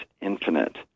infinite